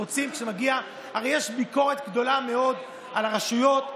הרי יש ביקורת גדולה מאוד על הרשויות,